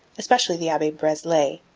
especially the abbe breslay,